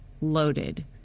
loaded